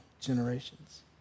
generations